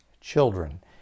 children